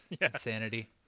insanity